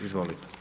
Izvolite.